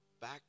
Back